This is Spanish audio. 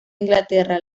inglaterra